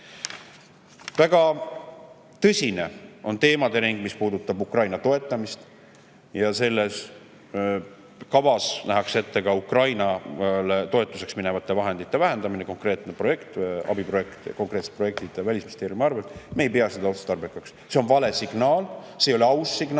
Väga tõsine on teemade ring, mis puudutab Ukraina toetamist. Selles kavas nähakse ette ka Ukraina toetuseks minevate vahendite vähendamine: konkreetne abiprojekt, konkreetsed projektid Välisministeeriumi arvel. Me ei pea seda otstarbekaks, see on vale signaal, see ei ole aus signaal.